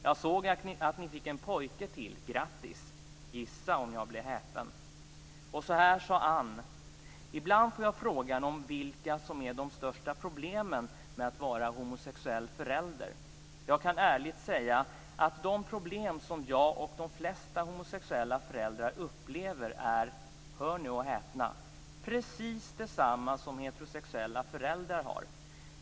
Jag såg att ni fick en pojke till, grattis! Gissa om jag blev häpen." Så här sade Ann: Ibland får jag frågan om vilka som är de största problemen med att vara homosexuell förälder. Jag kan ärligt säga att de problem som jag och de flesta homosexuella föräldrar upplever är - hör och häpna - precis desamma som heterosexuella föräldrar har.